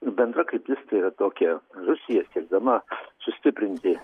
bendra kryptis tai yra tokia rusija siekdama sustiprinti